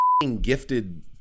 Gifted